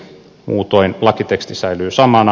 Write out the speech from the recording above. muutoin lakiteksti säilyy samana